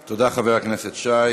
תודה, חבר הכנסת שי.